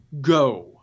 go